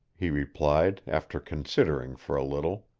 he replied after considering for a little.